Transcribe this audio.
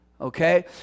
okay